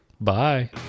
Bye